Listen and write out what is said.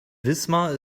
wismar